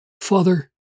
Father